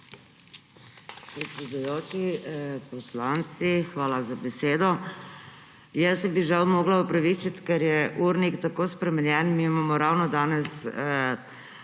hvala za besedo.